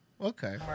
Okay